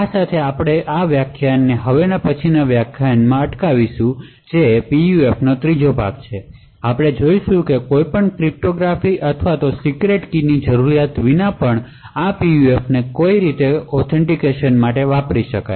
આ સાથે આપણે આ વ્યાખ્યાનને હવે પછીનાં વ્યાખ્યાનમાંઅટકાવીશુંજે PUFનો ત્રીજો ભાગ છે આપણે જોશું કે કોઈ પણ ક્રિપ્ટોગ્રાફી અથવા સીક્રેટ કી ની જરૂરિયાત વિના આ PUFનો કેવી રીતે કોઈ ઔથેંતિકેશનહોઈ શકે